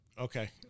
Okay